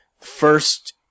First